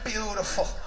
Beautiful